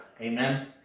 Amen